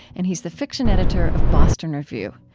and he's the fiction editor of boston review.